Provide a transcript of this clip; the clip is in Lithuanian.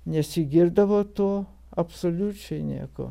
nesigirdavo tuo absoliučiai nieko